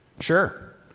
Sure